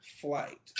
flight